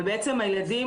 בעצם הילדים